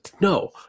No